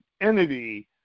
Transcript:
entity